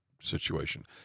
situation